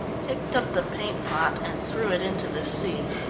picked up the paint-pot, and threw it into the sea.